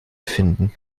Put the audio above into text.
finden